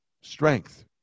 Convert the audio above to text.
strength